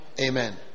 Amen